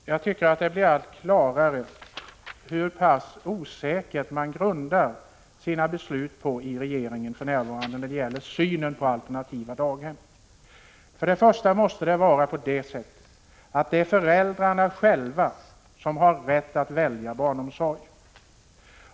Herr talman! Jag tycker att det blir allt klarare hur pass osäkert man grundar sina beslut i regeringen för närvarande när det gäller synen på alternativa daghem. Först och främst måste föräldrarna själva ha rätt att välja barnomsorg.